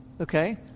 Okay